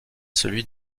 celui